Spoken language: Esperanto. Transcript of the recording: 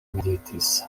meditis